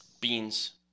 Beans